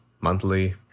monthly